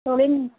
தொழில்